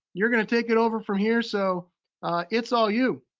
you're gonna take it over from here. so it's all you.